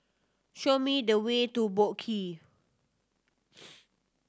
show me the way to Boat Quay